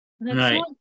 Right